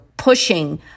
pushing